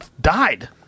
died